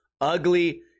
ugly